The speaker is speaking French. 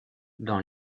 dans